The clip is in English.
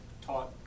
taught